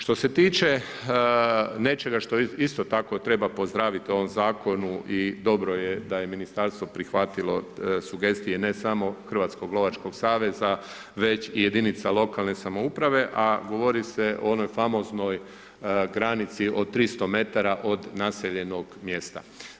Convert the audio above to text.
Što se tiče nečega što isto tako treba pozdraviti u ovom Zakonu i dobro je da je Ministarstvo prihvatilo sugestije, ne samo Hrvatskog lovačkog saveza već i jedinica lokalne samouprave, a govori se o onoj famoznoj granici od 300 metara od naseljenog mjesta.